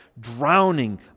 drowning